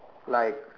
like